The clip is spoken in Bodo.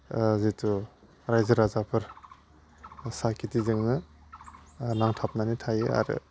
जितु रायजो राजाफोर साहा खिथिजोंनो नांथाबनानै थायो आरो